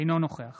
אינו נוכח